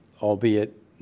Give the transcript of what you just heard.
albeit